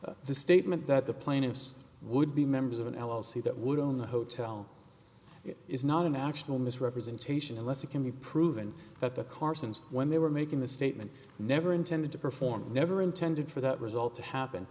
first the statement that the plaintiffs would be members of an l l c that would own the hotel is not an actual misrepresentation unless it can be proven that the carson's when they were making the statement never intended to perform never intended for that result to happen